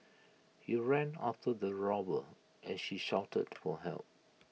he ran after the robber as she shouted for help